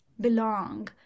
belong